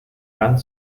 wand